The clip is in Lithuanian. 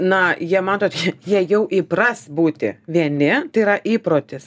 na jie matot jei jau įpras būti vieni tai yra įprotis